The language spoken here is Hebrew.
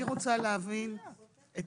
אני רוצה להבין את